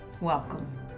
Welcome